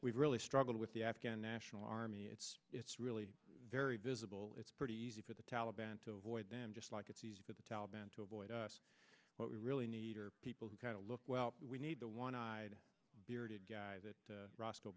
r really struggle with the afghan national army it's it's really very visible it's pretty easy for the taliban to avoid them just like it's easy for the taliban to avoid us what we really need are people who kind of look we need the one eyed bearded guy that roscoe